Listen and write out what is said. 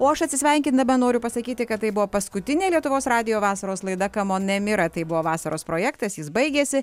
o aš atsisveikindama noriu pasakyti kad tai buvo paskutinė lietuvos radijo vasaros laida kamon nemira tai buvo vasaros projektas jis baigėsi